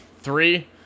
Three